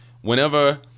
Whenever